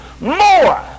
more